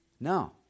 No